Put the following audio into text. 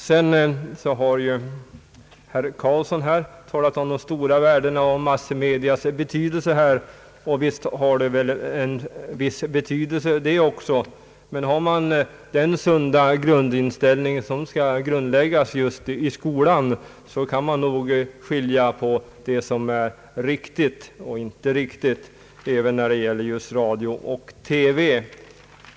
Sedan har herr Eric Carlsson talat om massmedias stora betydelse, och visst har dessa sitt inflytande. Men om människor har den sunda inställning som skall grundläggas just i skolan kan de nog skilja på det som är riktigt och inte riktigt även när det gäller program som ges i radio och TV.